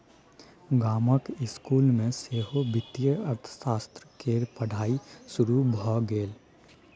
गामक इसकुल मे सेहो वित्तीय अर्थशास्त्र केर पढ़ाई शुरू भए गेल